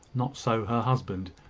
not so her husband.